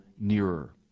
nearer